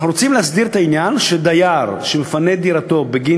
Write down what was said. אנחנו רוצים להסדיר את העניין כך שדייר שמפנה את דירתו בגין